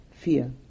fear